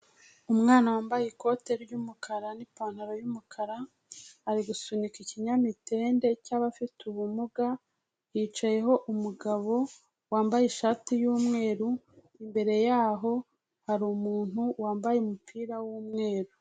Umwana wambaye ikote ry'umukara n'ipantaro y'umukara, ari gusunika ikinyamitende cy'abafite ubumuga, hicayeho umugabo wambaye ishati y'umweru, imbere yaho hari umugabo wambaye umupira w'umweru.